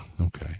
Okay